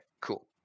Cool